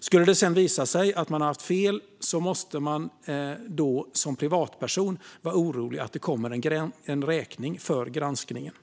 Skulle det sedan visa sig att man haft fel måste man som privatperson vara orolig att det kommer en räkning för granskningen.